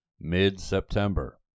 mid-September